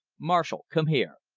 marshall, come here!